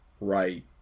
right